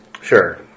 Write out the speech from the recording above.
Sure